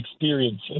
experiences